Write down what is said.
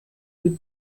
mit